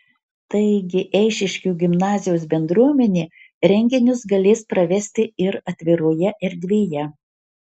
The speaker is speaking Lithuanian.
taigi eišiškių gimnazijos bendruomenė renginius galės pravesti ir atviroje erdvėje